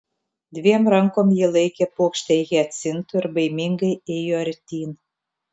dviem rankom ji laikė puokštę hiacintų ir baimingai ėjo artyn